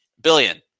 Billion